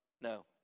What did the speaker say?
No